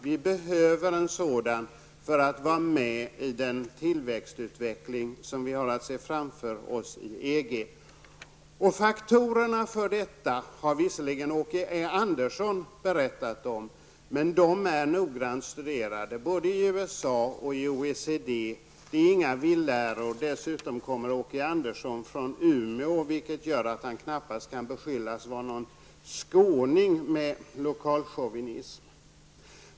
Vi behöver en sådan för att vara med i den tillväxtutveckling som vi har att se framför oss i EG. Fakta om detta har visserligen Åke Andersson berättat om, men de är också noggrannt studerade både i USA och inom OECD. Det är inga villoläror. Dessutom kommer Åke Andersson från Umeå, vilket gör att han knappast kan beskyllas att vara skåning med lokalchauvinism.